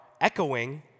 echoing